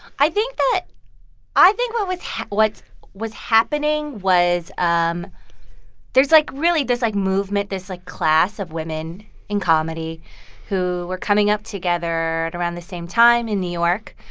i think that i think what was what was happening was um there's, like, really this, like, movement, this, like, class of women in comedy who were coming up together at around the same time in new york.